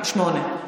שמונה.